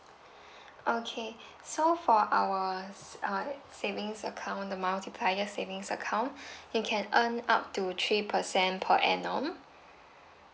okay so for our uh savings account the multiplier savings account you can earn up to three percent per annum